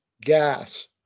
gas